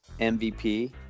MVP